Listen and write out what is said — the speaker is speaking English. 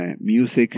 music